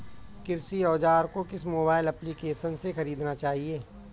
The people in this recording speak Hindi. कृषि औज़ार को किस मोबाइल एप्पलीकेशन से ख़रीदना चाहिए?